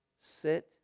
Sit